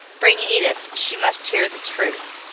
bring edith she must hear the truth.